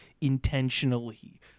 intentionally